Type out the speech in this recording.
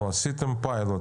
אבל עשיתם פיילוט.